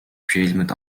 filmed